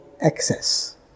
excess